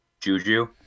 Juju